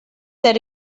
that